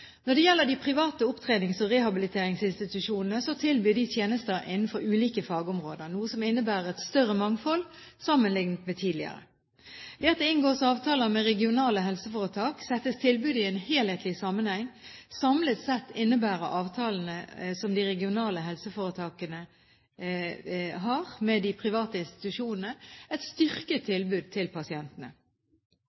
Når det gjelder de private opptrenings- og rehabiliteringsinstitusjonene, tilbyr de tjenester innenfor ulike fagområder, noe som innebærer et større mangfold sammenliknet med tidligere. Ved at det inngås avtaler med regionale helseforetak, settes tilbudet i en helhetlig sammenheng. Samlet sett innebærer avtalene som de regionale helseforetakene har med de private institusjonene, et styrket